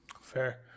fair